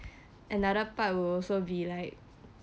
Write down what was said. another part will also be like